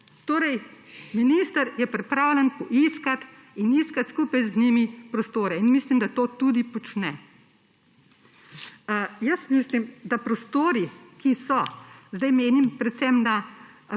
Minister je pripravljen poiskati in iskati skupaj z njimi prostore in mislim, da to tudi počne. Jaz mislim, da prostori, ki so za tako imenovanim